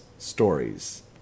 stories